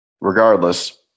regardless